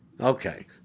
Okay